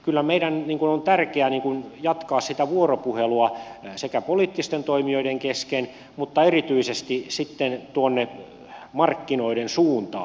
kyllä meidän on tärkeä jatkaa sitä vuoropuhelua poliittisten toimijoiden kesken mutta erityisesti sitten tuonne markkinoiden suuntaan